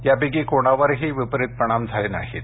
यापैकी कोणावरही विपरित परिणाम झाले नाहीत